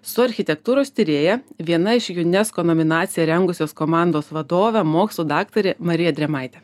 su architektūros tyrėja viena iš unesco nominaciją rengusios komandos vadovė mokslų daktarė marija drėmaitė